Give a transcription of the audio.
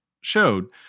showed